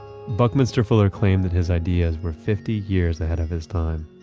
buckminster fuller claimed that his ideas were fifty years ahead of his time.